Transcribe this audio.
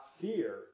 fear